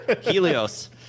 Helios